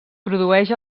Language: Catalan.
produeix